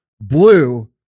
blue